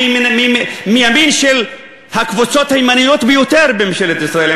מימין לקבוצות הימניות ביותר בממשלת ישראל,